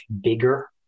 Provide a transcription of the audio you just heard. bigger